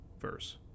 verse